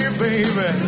baby